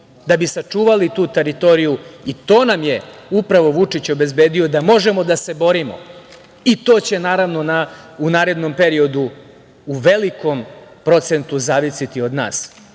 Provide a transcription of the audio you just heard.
da bi sačuvali tu teritoriju. To nam je upravo Vučić obezbedio da možemo da se borimo i to će naravno u narednom periodu, u velikom procentu, zavisiti od nas. Ako